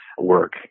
work